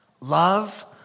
Love